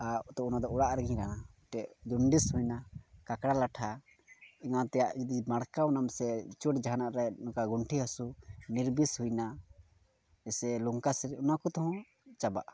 ᱟᱜ ᱛᱚ ᱚᱱᱟ ᱫᱚ ᱚᱲᱟᱜ ᱨᱮᱜᱮᱧ ᱨᱟᱱᱟ ᱢᱤᱫᱴᱮᱡ ᱡᱚᱱᱰᱤᱥ ᱦᱩᱭᱱᱟ ᱠᱟᱠᱲᱟ ᱞᱟᱴᱷᱟ ᱮᱢᱟᱱ ᱛᱮᱭᱟᱜ ᱡᱩᱫᱤ ᱢᱟᱲᱠᱟᱣᱱᱟᱢ ᱥᱮ ᱪᱚᱴ ᱡᱟᱦᱟᱱᱟᱜ ᱨᱮ ᱱᱚᱝᱠᱟ ᱜᱚᱱᱴᱷᱮ ᱦᱟᱹᱥᱩ ᱱᱤᱨᱵᱤᱥ ᱦᱩᱭᱱᱟ ᱡᱮᱥᱮ ᱞᱚᱝᱠᱟᱥᱮᱨ ᱚᱱᱟ ᱠᱚᱛᱮ ᱦᱚᱸ ᱪᱟᱵᱟᱜᱼᱟ